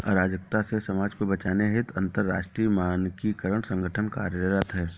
अराजकता से समाज को बचाने हेतु अंतरराष्ट्रीय मानकीकरण संगठन कार्यरत है